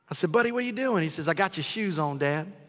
said, buddy, what are you doin'? he says, i got your shoes on, dad.